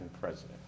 president